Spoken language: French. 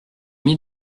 mis